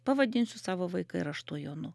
pavadinsiu savo vaiką ir aš tuo jonu